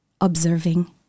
observing